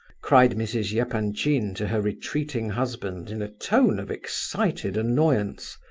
cried mrs. yeah epanchin to her retreating husband in a tone of excited annoyance.